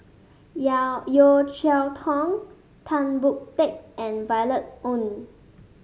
Yeo Cheow Tong Tan Boon Teik and Violet Oon